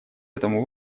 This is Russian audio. этому